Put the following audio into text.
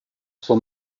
son